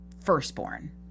firstborn